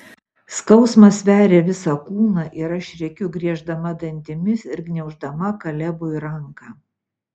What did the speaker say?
skausmas veria visą kūną ir aš rėkiu grieždama dantimis ir gniauždama kalebui ranką